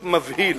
מבהיל.